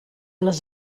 les